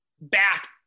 back